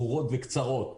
ברורות וקצרות,